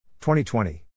2020